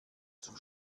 zum